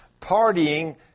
partying